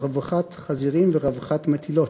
רווחת חזירים ורווחת מטילות,